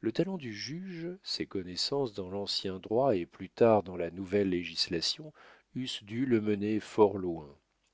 le talent du juge ses connaissances dans l'ancien droit et plus tard dans la nouvelle législation eussent dû le mener fort loin